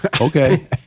okay